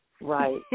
Right